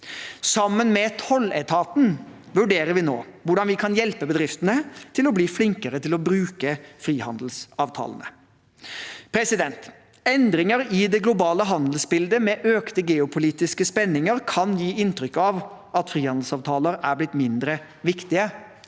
handelspolitiske redegjørelse 717 hvordan vi kan hjelpe bedriftene til å bli flinkere til å bruke frihandelsavtalene. Endringer i det globale handelsbildet med økte geopolitiske spenninger kan gi inntrykk av at frihandelsavtaler er blitt mindre viktige.